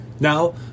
Now